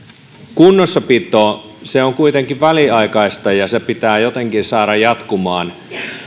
kunnossapito on kuitenkin väliaikaista ja se pitää jotenkin saada jatkumaan